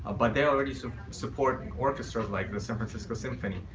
but they already so support orchestras like the san francisco symphony.